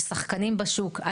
לשחקנים בשוק.